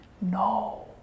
No